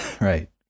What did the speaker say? Right